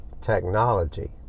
technology